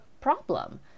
problem